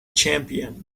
champion